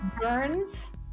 burns